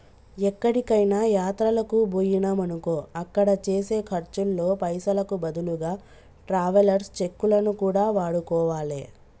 ఎక్కడికైనా యాత్రలకు బొయ్యినమనుకో అక్కడ చేసే ఖర్చుల్లో పైసలకు బదులుగా ట్రావెలర్స్ చెక్కులను కూడా వాడుకోవాలే